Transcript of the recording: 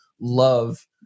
love